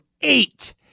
eight